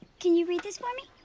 can you read this for me?